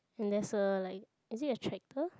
and there's a like is it a tractor